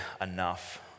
enough